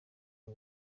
iyi